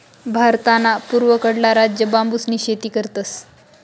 भारतना पूर्वकडला राज्य बांबूसनी शेती करतस